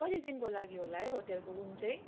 कति दिनको लागि होला है होटेलको रुम चाहिँ